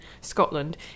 Scotland